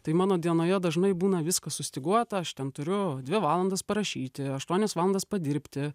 tai mano dienoje dažnai būna viskas sustyguota aš ten turiu dvi valandas parašyti aštuonias valandas padirbti